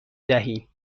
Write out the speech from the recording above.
دهیم